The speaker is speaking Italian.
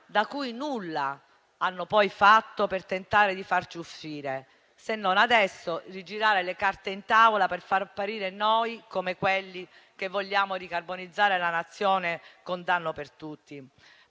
quale nulla hanno poi fatto per tentare di farci uscire, se non adesso, rigirando le carte in tavola per far apparire noi come quelli che vogliono ricarbonizzare la Nazione a danno di tutti.